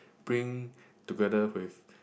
bring together with